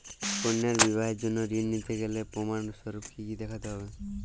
কন্যার বিবাহের জন্য ঋণ নিতে গেলে প্রমাণ স্বরূপ কী কী দেখাতে হবে?